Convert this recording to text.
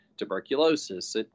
tuberculosis